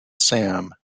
sam